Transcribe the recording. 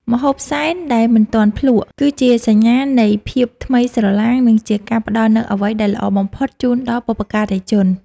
ម្ហូបសែនដែលមិនទាន់ភ្លក្ស គឺជាសញ្ញានៃភាពថ្មីស្រឡាង និងជាការផ្តល់នូវអ្វីដែលល្អបំផុតជូនដល់បុព្វការីជន។